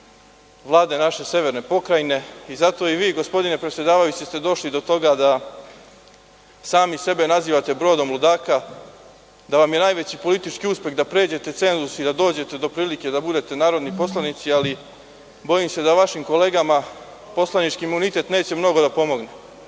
Vlade naše severne Pokrajine. Zato i vi gospodine predsedavajući ste došli do toga da sami sebe nazivate brodom ludaka, da vam je najveći politički uspeh da pređete cenzus i da dođete do prilike da budete narodni poslanici, ali bojim se da vašim kolegama poslanički imunitet neće mnogo